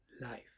life